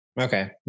Okay